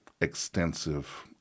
extensive